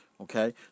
okay